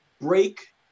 break